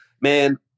man